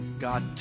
God